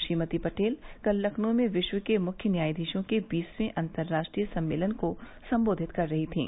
श्रीमती पटेल कल लखनऊ में विश्व के मुख्य न्यायाधीशों के बीसवें अन्तर्राष्ट्रीय सम्मेलन को संबोधित कर रही थीं